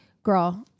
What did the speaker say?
girl